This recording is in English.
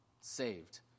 saved